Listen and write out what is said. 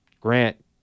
Grant